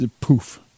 poof